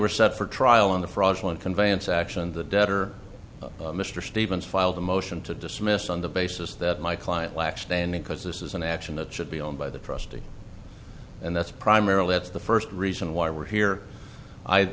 were set for trial on the fraudulent conveyance action the debtor mr stevens filed a motion to dismiss on the basis that my client lacks standing because this is an action that should be owned by the trustee and that's primarily that's the first reason why we're here i